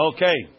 Okay